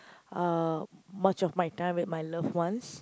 uh much of my time with my loved ones